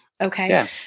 Okay